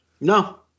No